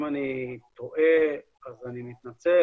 אם אני טועה אז אני מתנצל,